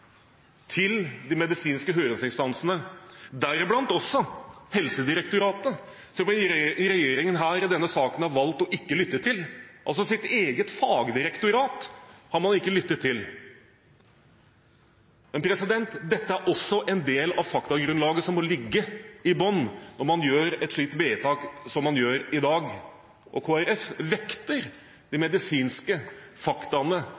til de medisinske høringsinstansene, deriblant også Helsedirektoratet, som regjeringen i denne saken har valgt ikke å lytte til, altså sitt eget fagdirektorat har man ikke lyttet til. Dette er også en del av faktagrunnlaget som må ligge i bunnen når man fatter et slikt vedtak som man skal gjøre i dag. Kristelig Folkeparti vekter de medisinske faktaene